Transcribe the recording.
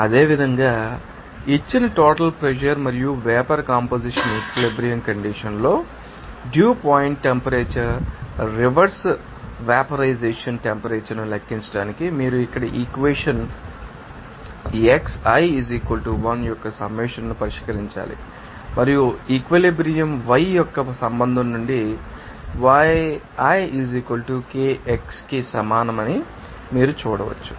అదేవిధంగా ఇచ్చిన total pressure మరియు వేపర్ కంపొజిషన్ ఈక్విలిబ్రియం కండిషన్ లో dew point temperature reverse vaporization temperature ను లెక్కించడానికి మీరు ఇక్కడ ఈక్వేషన్ ాన్ని xi 1 యొక్క సమ్మషన్ను పరిష్కరించాలి మరియు ఈక్విలిబ్రియం y యొక్క సంబంధం నుండి yi Kixi కి సమానమని మీరు చూడవచ్చు